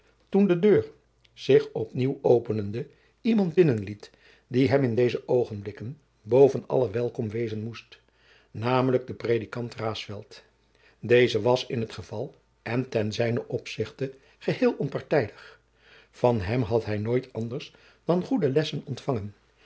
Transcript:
toen de deur zich op nieuw openende iemand binnen liet die hem in deze oogenblikken boven allen welkom wezen moest namelijk den predikant raesfelt deze was in het geval en ten zijnen opzichte geheel onpartijdig van hem had hij nooit anders dan goede lessen ontfangen